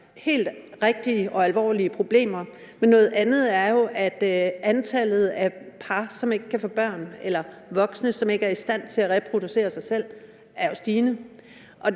helt rigtige og alvorlige problemer, men noget andet er jo, at antallet af voksne, som ikke er i stand til at reproducere sig selv, er stigende.